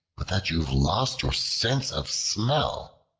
but that you have lost your sense of smell.